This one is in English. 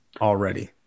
already